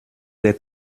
des